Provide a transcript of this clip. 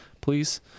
please